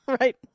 Right